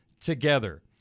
together